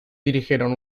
dirigieron